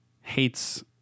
hates